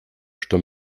что